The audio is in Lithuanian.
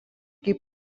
kaip